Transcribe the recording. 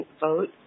vote